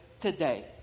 today